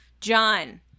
john